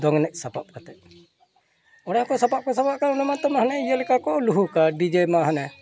ᱫᱚᱝ ᱮᱱᱮᱡ ᱥᱟᱯᱟᱵ ᱠᱟᱛᱮᱫ ᱚᱱᱟ ᱠᱚ ᱥᱟᱯᱟᱵ ᱠᱚ ᱥᱟᱯᱟᱵ ᱠᱟᱜ ᱚᱱᱟ ᱢᱟᱛᱚ ᱦᱟᱱᱮ ᱤᱭᱟᱹ ᱞᱮᱠᱟ ᱠᱚ ᱞᱩᱦᱩᱠᱼᱟ ᱰᱤᱡᱮ ᱢᱟ ᱦᱟᱱᱮ